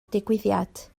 digwyddiad